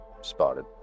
spotted